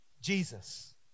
Jesus